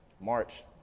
March